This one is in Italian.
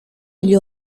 gli